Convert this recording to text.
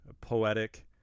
poetic